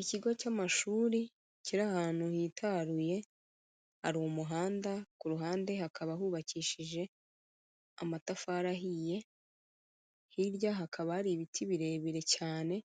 Ikigo cy'amashuri kiri ahantu hitaruye, hari umuhanda ku ruhande hakaba hubakishije amatafari ahiye, hirya hakaba hari ibiti birebire cyane,